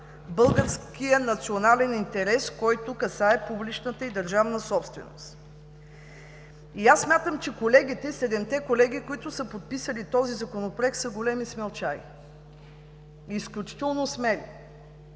българския национален интерес, който касае публичната и държавна собственост. Смятам, че седемте колеги, които са подписали този Законопроект, са големи смелчаги, изключително смели